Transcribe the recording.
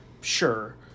sure